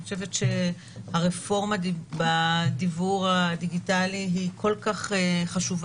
אני חושבת שהרפורמה בדיוור הדיגיטלי היא כל כך חשובה,